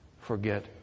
forget